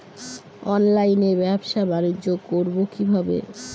অনলাইনে ব্যবসা বানিজ্য করব কিভাবে?